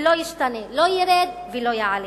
שלא ישתנה, לא ירד ולא יעלה.